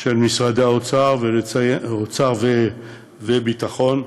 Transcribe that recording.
של משרד האוצר ומשרד הביטחון,